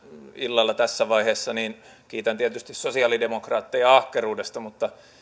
illalla tässä vaiheessa kiitän tietysti sosialidemokraatteja ahkeruudesta mutta